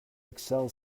excel